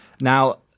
Now